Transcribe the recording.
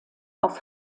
auf